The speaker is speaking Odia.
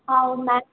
ଆଉ ମ୍ୟାଥ୍